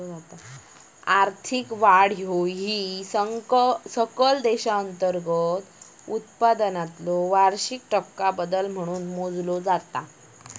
आर्थिक वाढ ह्या सकल देशांतर्गत उत्पादनातलो वार्षिक टक्का बदल म्हणून मोजला जाता